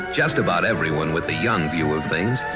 just about everyone with the young view of things.